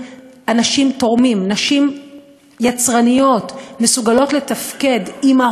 יש בו הרבה מאוד שבחים לשירות בתי-הסוהר ובפרט לבית-הכלא "נווה